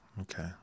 Okay